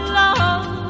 love